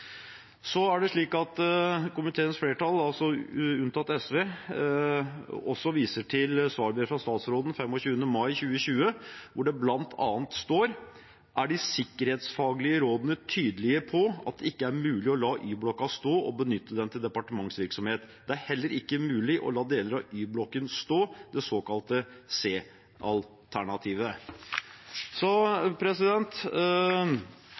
Komiteens flertall, unntatt SV, viser også til svarbrev fra statsråden 25. mai 2020, hvor det bl.a. står at «de sikkerhetsfaglige rådene er tydelige på at det ikke er mulig å la Y-blokken stå og benytte den til departementsvirksomhet. Det er heller ikke mulig å la deler av Y-blokken stå, det såkalte